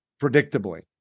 predictably